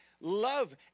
love